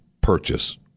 purchase